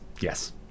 Yes